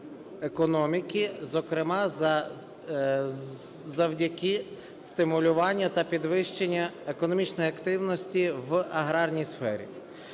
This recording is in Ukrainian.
економіки, зокрема завдяки стимулюванню та підвищенню економічної активності в аграрній сфері.